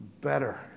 better